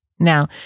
Now